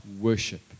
worship